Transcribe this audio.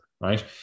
Right